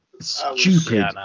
stupid